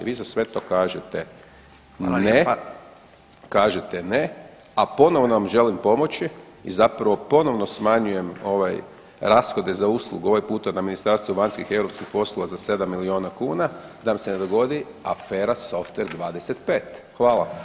Vi za sve to kažete ne, a ponovno vam želim pomoći i zapravo ponovno smanjujem rashode za uslugu ovaj puta na Ministarstvo vanjskih i europskih poslova za 7 milijuna kuna, da nam se ne dogodi afera softver 25.